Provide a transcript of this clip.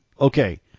Okay